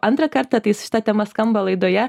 antrą kartą tai su šita tema skamba laidoje